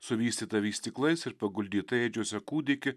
suvystytą vystyklais ir paguldytą ėdžiose kūdikį